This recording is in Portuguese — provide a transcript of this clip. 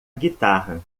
guitarra